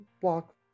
walk